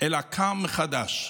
אלא קם מחדש,